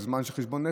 זה זמן של חשבון נפש,